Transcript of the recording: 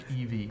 EV